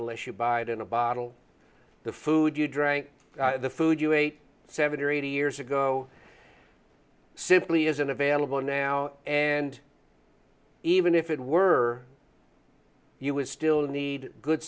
unless you buy it in a bottle the food you drank the food you ate seventy or eighty years ago simply isn't available now and even if it were you would still need good